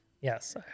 Yes